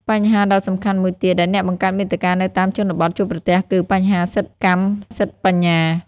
បញ្ហាដ៏សំខាន់មួយទៀតដែលអ្នកបង្កើតមាតិកានៅតាមជនបទជួបប្រទះគឺ បញ្ហាសិទ្ធិកម្មសិទ្ធិបញ្ញា។